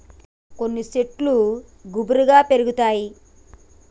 కొన్ని శెట్లు గుబురుగా పెరుగుతాయి